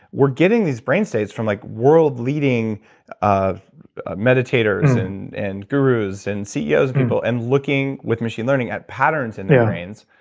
we're getting these brain states from like world leading meditators and and gurus and ceos people, and looking with machine learning at patterns in the brains,